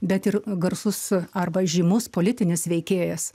bet ir garsus arba žymus politinis veikėjas